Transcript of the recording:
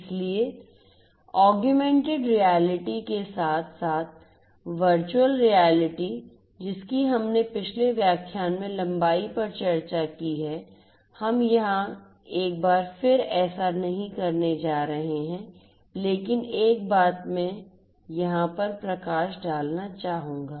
इसलिए augmented reality के साथ साथ वर्चुअल रियलिटी जिसकी हमने पिछले व्याख्यान में लंबाई पर चर्चा की है हम यहां एक बार फिर ऐसा नहीं करने जा रहे हैं लेकिन एक बात मैं यहां पर प्रकाश डालना चाहूंगा